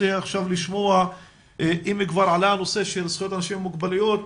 עכשיו לשמוע אם כבר עלה הנושא של זכויות אנשים עם מוגבלויות,